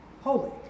holy